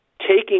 taking